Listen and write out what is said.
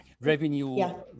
revenue